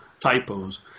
typos